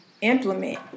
implement